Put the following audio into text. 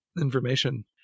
information